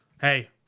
Hey